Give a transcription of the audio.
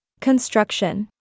Construction